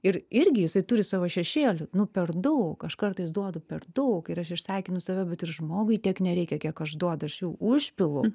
ir irgi jisai turi savo šešėlį nu per daug aš kartais duodu per daug ir aš išsekinu save vat ir žmogui tiek nereikia kiek aš duodu aš jau užpilu